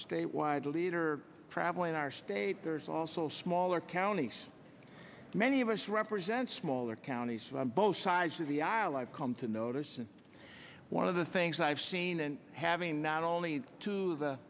state wide leader traveling our state there's also smaller counties many of us represent smaller counties both sides of the aisle i've come to notice and one of the things i've seen and having not only to the